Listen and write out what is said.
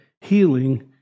healing